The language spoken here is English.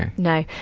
and no.